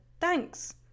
thanks